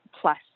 plus